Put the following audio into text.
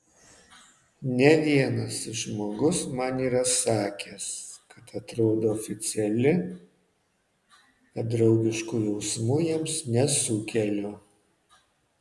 ne vienas žmogus man yra sakęs kad atrodau oficiali kad draugiškų jausmų jiems nesukeliu